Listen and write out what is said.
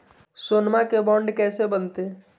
सोनमा के बॉन्ड कैसे बनते?